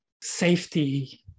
safety